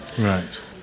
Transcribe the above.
right